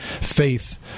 faith